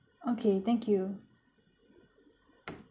okay thank you